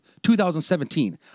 2017